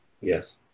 Yes